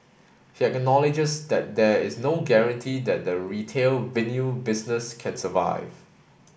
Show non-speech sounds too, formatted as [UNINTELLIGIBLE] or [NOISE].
he acknowledges that there is no guarantee that the retail [UNINTELLIGIBLE] business can survive